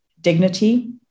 dignity